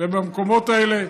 ובמקומות האלה,